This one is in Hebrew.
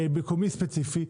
מקומי ספציפי,